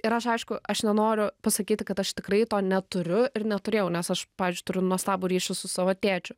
ir aš aišku aš nenoriu pasakyti kad aš tikrai to neturiu ir neturėjau nes aš pavyzdžiui turiu nuostabų ryšį su savo tėčiu